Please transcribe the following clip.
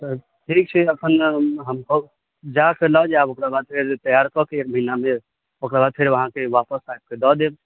तऽ ठीक छै अखन हम ओ जाकऽ लऽ जायब ओकर बाद फेर तैयार कऽ के एक महिना मे ओकर बाद फेर अहाँके वापस आबि के दऽ देब